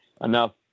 enough